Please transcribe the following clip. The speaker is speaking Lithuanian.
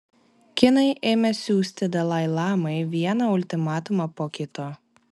kinai ėmė siųsti dalai lamai vieną ultimatumą po kito